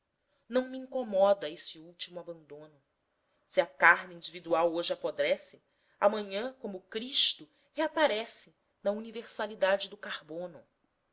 não me incomoda esse último abandono se a carne individual hoje apodrece amanhã como cristo reaparece na universalidadej do c arbono